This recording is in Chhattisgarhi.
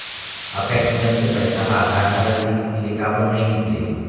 अपेक्स बैंक के पैसा हा आधार कारड लिंक ले काबर नहीं निकले?